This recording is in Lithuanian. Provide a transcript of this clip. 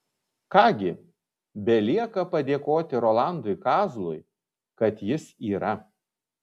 ką gi belieka padėkoti rolandui kazlui kad jis yra